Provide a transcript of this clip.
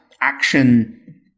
action